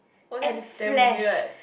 oh that's damn weird